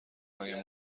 مگه